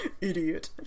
idiot